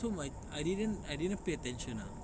so my I didn't I didn't pay attention ah